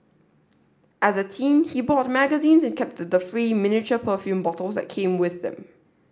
as a teen he bought magazines and kept the free miniature perfume bottles that came with them